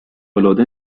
العاده